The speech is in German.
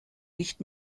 nicht